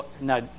Now